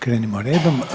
Krenimo redom.